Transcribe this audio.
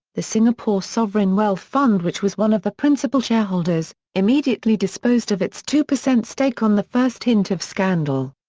the singapore sovereign wealth fund which was one of the principal shareholders, immediately disposed of its two percent stake on the first hint of scandal.